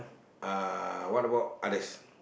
uh what about others